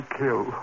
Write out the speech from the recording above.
kill